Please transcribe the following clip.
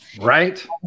Right